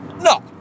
no